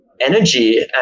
energy